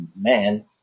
man